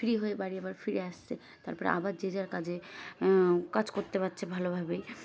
free হয়ে বাড়ি আবার ফিরে আসছে তারপরে আবার যে যার কাজে কাজ করতে পারছে ভালোভাবেই